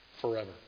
forever